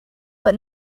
but